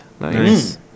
Nice